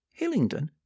Hillingdon